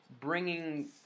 bringing